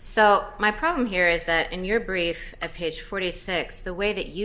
so my problem here is that in your brief at page forty six the way that you